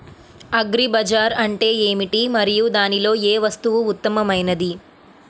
Agri bazaar అంటే ఏమిటి మరియు దానిలో ఏ వస్తువు ఉత్తమమైనది?